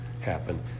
happen